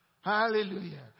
Hallelujah